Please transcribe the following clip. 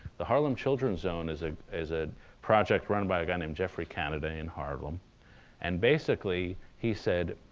the harlem children's zone is ah is a project run by a guy name geoffrey canada in harlem and basically he said,